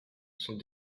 sont